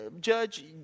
Judge